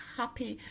happy